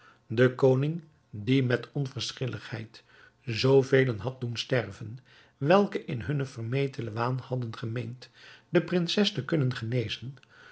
de koning die met onverschilligheid zoo velen had doen sterven welke in hunnen vermetelen waan hadden gemeend de prinses te kunnen genezen